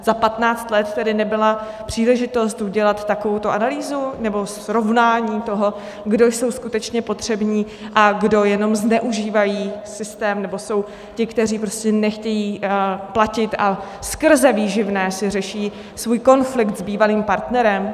Za patnáct let tedy nebyla příležitost udělat takovouto analýzu, nebo srovnání toho, kdo jsou skutečně potřební a kdo jenom zneužívá systém, nebo kdo jenom nechce platit a skrze výživné si řeší svůj konflikt s bývalým partnerem?